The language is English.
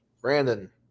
Brandon